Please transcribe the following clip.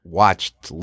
watched